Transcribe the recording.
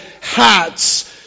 hats